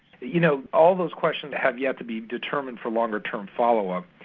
you know all those questions have yet to be determined for longer term follow up.